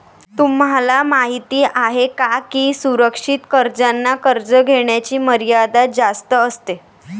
तुम्हाला माहिती आहे का की सुरक्षित कर्जांना कर्ज घेण्याची मर्यादा जास्त असते